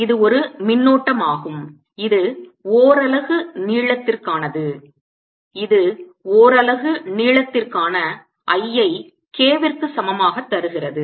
எனவே இது ஒரு மின்னோட்டமாகும் இது ஓரலகு நீளத்திற்கானது இது ஓரலகு நீளத்திற்கான I ஐ K விற்கு சமமாக தருகிறது